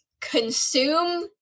consume